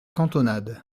cantonade